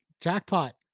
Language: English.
jackpot